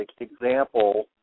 example